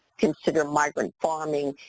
consider migrant farming.